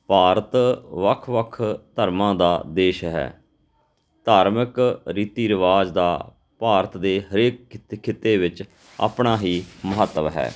ਭਾਰਤ ਵੱਖ ਵੱਖ ਧਰਮਾਂ ਦਾ ਦੇਸ਼ ਹੈ ਧਾਰਮਿਕ ਰੀਤੀ ਰਿਵਾਜ਼ ਦਾ ਭਾਰਤ ਦੇ ਹਰੇਕ ਖਿ ਖਿੱਤੇ ਵਿੱਚ ਆਪਣਾ ਹੀ ਮਹੱਤਵ ਹੈ